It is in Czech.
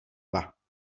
dva